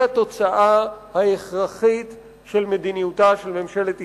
היא התוצאה ההכרחית של מדיניותה של ממשלת ישראל.